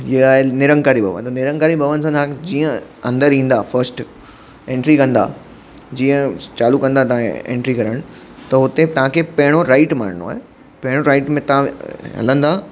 इहा आहे निरंकारी भवन निरंकारी भवन सां तव्हांखे जीअं अंदरि ईंदा फर्स्ट एंट्री कंदा जीअं चालू कंदा तव्हां एंट्री करण त हुते तव्हांखे पहिरियों राईट मारनो आहे पहिरियों राईट में तव्हां हलंदा